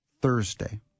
Thursday